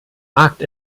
markt